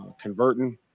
converting